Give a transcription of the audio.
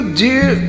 dear